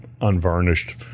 unvarnished